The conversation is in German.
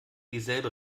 dieselbe